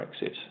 Brexit